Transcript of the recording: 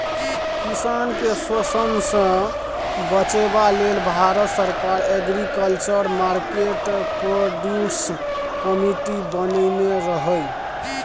किसान केँ शोषणसँ बचेबा लेल भारत सरकार एग्रीकल्चर मार्केट प्रोड्यूस कमिटी बनेने रहय